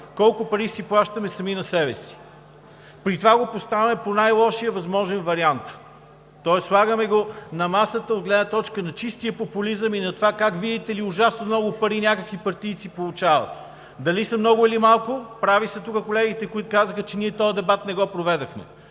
колко пари плащаме сами на себе си, при това го поставяме по най-лошия възможен вариант. Тоест слагаме го на масата от гледна точка на чистия популизъм и на това, видите ли, как ужасно много пари получават някакви партийци. Дали са много, или малко – прави са колегите, които казаха, че ние този дебат не го проведохме.